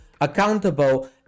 accountable